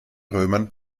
römern